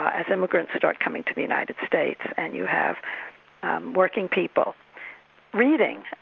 as immigrants start coming to the united states and you have working people reading,